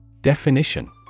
Definition